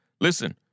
Listen